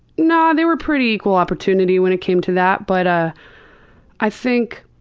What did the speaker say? nah, they were pretty equal opportunity when it came to that, but i think